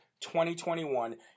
2021